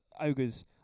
Ogres